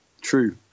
true